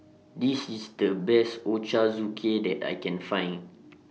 This IS The Best Ochazuke that I Can Find